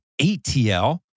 ATL